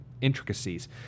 intricacies